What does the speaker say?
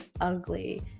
ugly